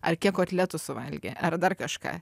ar kiek kotletų suvalgė ar dar kažką